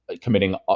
committing